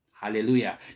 Hallelujah